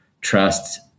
trust